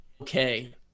okay